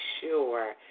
sure